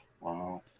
Wow